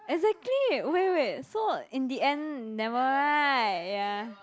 exactly wait wait so in the end never right ya